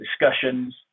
discussions